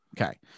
Okay